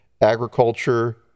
agriculture